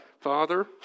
Father